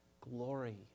glory